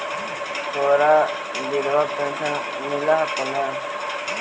तोहरा विधवा पेन्शन मिलहको ने?